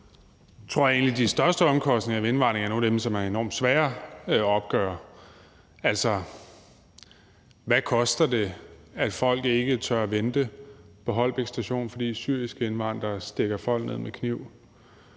jeg egentlig, at de største omkostninger ved indvandringen er nogle af dem, som er enormt svære at opgøre. Altså, hvad koster det, at folk ikke tør vente på Holbæk Station, fordi syriske indvandrere stikker folk ned med kniv?